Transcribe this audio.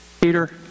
Peter